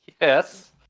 Yes